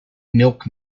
milk